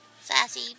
Sassy